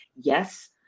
yes